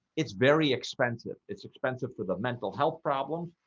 it's very expensive it's expensive for the mental health problems,